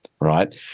right